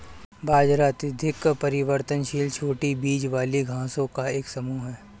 बाजरा अत्यधिक परिवर्तनशील छोटी बीज वाली घासों का एक समूह है